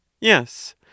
Yes